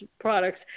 products